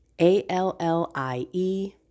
A-L-L-I-E